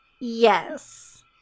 yes